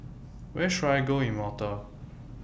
Where should I Go in Malta